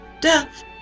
death